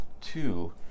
Two